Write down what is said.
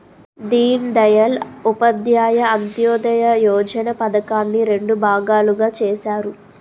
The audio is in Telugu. దీన్ దయాల్ ఉపాధ్యాయ అంత్యోదయ యోజన పధకాన్ని రెండు భాగాలుగా చేసారు